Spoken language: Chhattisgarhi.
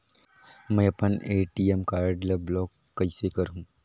मै अपन ए.टी.एम कारड ल ब्लाक कइसे करहूं?